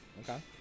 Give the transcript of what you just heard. Okay